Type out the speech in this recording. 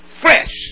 fresh